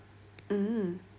mm